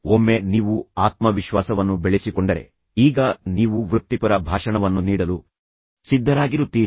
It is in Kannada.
ಒಮ್ಮೆ ನೀವು ಆತ್ಮವಿಶ್ವಾಸವನ್ನು ಬೆಳೆಸಿಕೊಂಡರೆ ಈಗ ನೀವು ವೃತ್ತಿಪರ ಭಾಷಣವನ್ನು ನೀಡಲು ಸಿದ್ಧರಾಗಿರುತ್ತೀರಿ